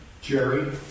Jerry